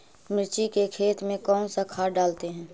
मिर्ची के खेत में कौन सा खाद डालते हैं?